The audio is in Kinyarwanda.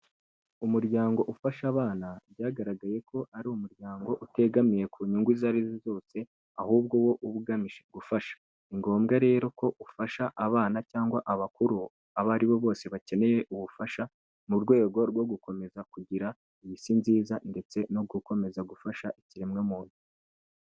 Umuryango ufasha abana byagaragaye ko ari umuryango utegamiye ku nyungu izo ari zose ahubwo wo uba ugamije gufasha, ni ngombwa rero ko ufasha abana cyangwa abakuru, abo aribo bose bakeneye ubufasha, mu rwego rwo gukomeza kugira iyi si nziza ndetse no gukomeza gufasha ikiremwamuntu.